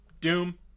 doom